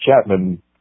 Chapman